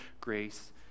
grace